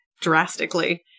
Drastically